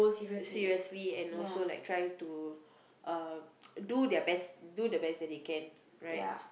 seriously and also like try to uh do their best do the best that they can right